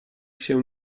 się